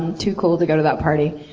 and too cool to go to that party,